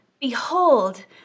behold